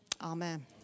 Amen